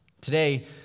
Today